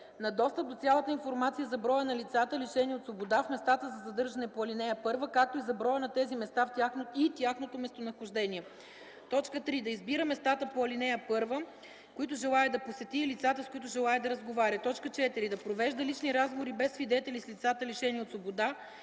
на достъп до цялата информация за броя на лицата, лишени от свобода, в местата за задържане по ал. 1, както и за броя на тези места и тяхното местонахождение; 3. да избира местата по ал. 1, които желае да посети, и лицата, с които желае да разговаря; 4. да провежда лични разговори без свидетели с лицата, лишени от свобода,